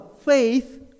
faith